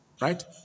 right